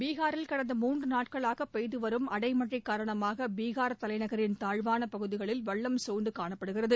பீகாரில் கடந்த மூன்று நாட்களாக பெய்துவரும் அடைமளழ காரணமாக பீகார் தலைநகரின் தாழ்வான பகுதிகளில் வெள்ளம் குழ்ந்து காணப்படுகிறது